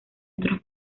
otros